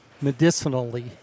medicinally